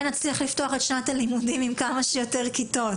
נצליח לפתוח את שנת הלימודים עם כמה שיותר כיתות.